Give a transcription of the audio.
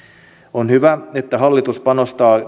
on hyvä että hallitus panostaa